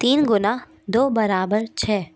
तीन गुना दो बराबर छः